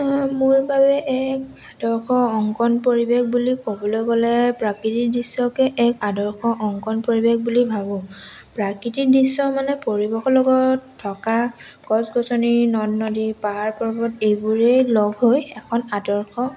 মোৰ বাবে এক আদৰ্শ অংকন পৰিৱেশ বুলি ক'বলৈ গ'লে প্ৰাকৃতিক দৃশ্যকে এক আদৰ্শ অংকন পৰিৱেশ বুলি ভাবোঁ প্ৰাকৃতিক দৃশ্য মানে পৰিৱেশৰ লগত থকা গছ গছনি নদ নদী পাহাৰ পৰ্বত এইবোৰেই লগ হৈ এখন আদৰ্শ